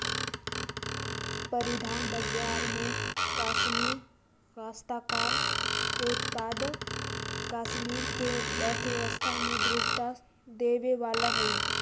परिधान बाजार में कश्मीरी काश्तकार के उत्पाद कश्मीर के अर्थव्यवस्था के दृढ़ता देवे वाला हई